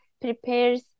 prepares